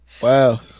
Wow